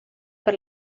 per